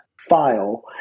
file